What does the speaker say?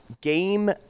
game